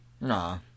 Nah